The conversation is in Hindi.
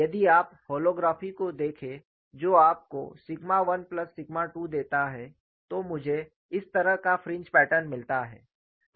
यदि आप होलोग्राफी को देखें जो आपको सिग्मा 1 प्लस सिग्मा 2 देता है तो मुझे इस तरह का फ्रिंज पैटर्न मिलता है